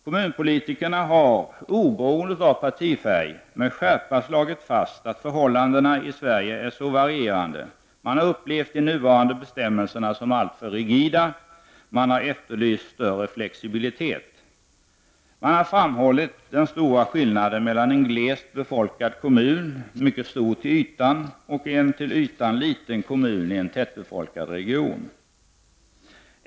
Kommunpolitikerna har oberoende av partifärg med skärpa slagit fast att förhållandena i Sverige är så varierande. Man har upplevt de nuvarande bestämmelserna som alltför rigida, och man har efterlyst större flexibilitet. Man har framhållit den stora skillnaden mellan en glest befolkad kommun som är mycket stor till ytan och en till ytan liten kommun i en tätbefolkad region.